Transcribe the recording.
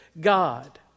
God